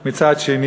מצד שני,